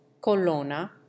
colonna